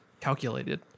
calculated